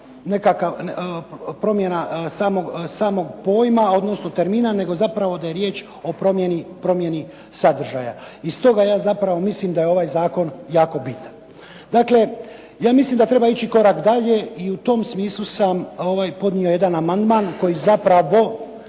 nekakav, promjena samog pojma, odnosno termina, nego zapravo da je riječ o promjeni sadržaja. I stoga ja zapravo mislim da je ovaj zakon jako bitan. Dakle, ja mislim da treba ići korak dalje i u tom smislu sam podnio jedan amandman koji zapravo